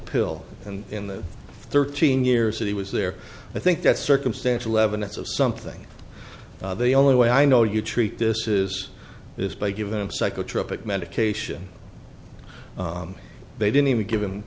pill and in the thirteen years that he was there i think that's circumstantial evidence of something they only way i know you treat this is this by giving them psychotropic medication they didn't even give him